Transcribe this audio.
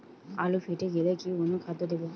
আলু ফেটে গেলে কি অনুখাদ্য দেবো?